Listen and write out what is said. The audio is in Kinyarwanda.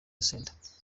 centre